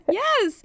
yes